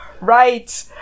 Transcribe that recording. Right